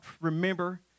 remember